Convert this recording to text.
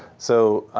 so